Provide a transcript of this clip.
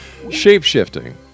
Shapeshifting